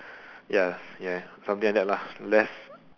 ya ya something like that lah less